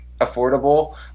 affordable